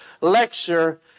lecture